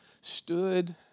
stood